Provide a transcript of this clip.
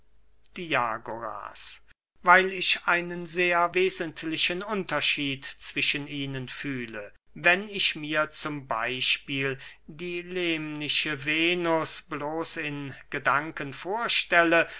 diagoras weil ich einen sehr wesentlichen unterschied zwischen ihnen fühle wenn ich mir z b die lemnische venus bloß in gedanken vorstelle